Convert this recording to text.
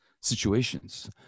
situations